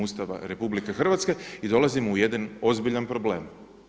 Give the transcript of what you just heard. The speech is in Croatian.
Ustava RH i dolazimo u jedan ozbiljan problem.